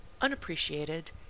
unappreciated